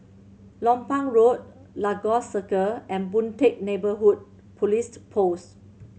Lompang Road Lagos Circle and Boon Teck Neighbourhood Police Post